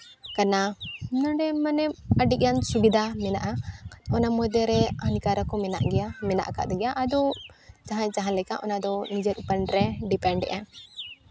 ᱠᱟᱱᱟ ᱢᱠᱟᱱᱟ ᱱᱚᱰᱮ ᱢᱟᱱᱮ ᱟᱹᱰᱤᱜᱟᱱ ᱥᱩᱵᱤᱫᱷᱟ ᱢᱮᱱᱟᱜᱼᱟ ᱚᱱᱟ ᱢᱚᱫᱫᱷᱮ ᱨᱮ ᱦᱟᱹᱱᱤᱠᱟᱨᱚᱠ ᱦᱚᱸ ᱢᱮᱱᱟᱜ ᱜᱮᱭᱟ ᱢᱮᱱᱟᱜ ᱟᱠᱟᱫ ᱜᱮᱭᱟ ᱟᱫᱚ ᱡᱟᱦᱟᱸᱭ ᱡᱟᱦᱟᱸ ᱞᱮᱠᱟ ᱚᱱᱟᱫᱚ ᱱᱤᱡᱮ ᱩᱯᱚᱨ ᱨᱮ ᱰᱤᱯᱮᱱᱰ ᱮᱫ ᱟᱭ